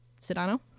Sedano